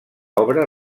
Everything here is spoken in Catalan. obra